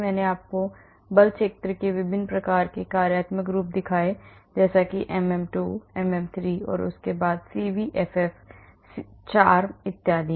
मैंने आपको बल क्षेत्रों के विभिन्न प्रकार के कार्यात्मक रूप दिखाए MM2 MM3 और उसके बाद CVFF CHARM इत्यादि